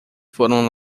foram